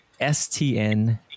STN